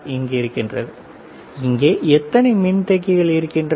இங்கு இருக்கின்றது இங்கே எத்தனை மின் தேக்கிகள் இருக்கின்றன